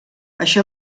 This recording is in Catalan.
això